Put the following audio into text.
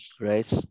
Right